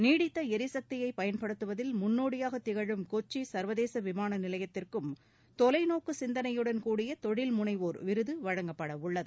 நீடித்த எரிசக்தியைப் பயன்படுத்துவதில் முன்னோடியாக திகழும் கொச்சி சர்வதேச விமான நிலையத்திற்கும் தொலைநோக்கு சிந்தனையுடன் கூடிய தொழில் முனைவோர் விருது வழங்கப்பட உள்ளது